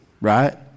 right